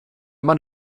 mann